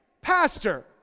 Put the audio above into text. pastor